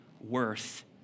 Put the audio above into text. Worth